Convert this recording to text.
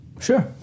Sure